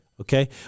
Okay